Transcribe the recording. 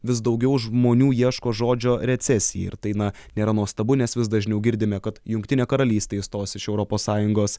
vis daugiau žmonių ieško žodžio recesija ir tai na nėra nuostabu nes vis dažniau girdime kad jungtinė karalystė išstos iš europos sąjungos